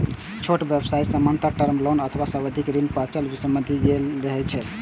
छोट व्यवसाय सामान्यतः टर्म लोन अथवा सावधि ऋण अचल संपत्ति खरीदै लेल लए छै